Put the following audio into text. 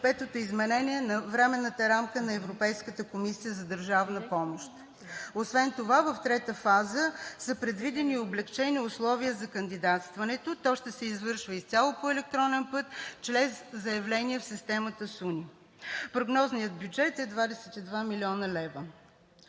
Петото изменение на Временната рамка на Европейската комисия за държавна помощ. Освен това в трета фаза са предвидени и облекчени условия за кандидатстването. То ще се извършва изцяло по електронен път чрез заявления в системата СУНИ. Прогнозният бюджет е 22 млн. лв.